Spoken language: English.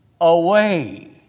away